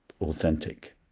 authentic